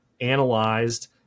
analyzed